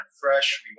fresh